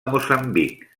moçambic